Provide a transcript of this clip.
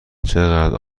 چقدر